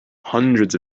hundreds